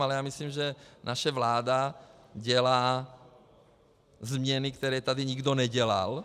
Ale myslím, že naše vláda dělá změny, které tady nikdo nedělal.